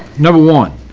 number one,